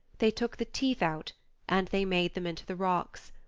they took the teeth out and they made them into the rocks.